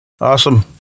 Awesome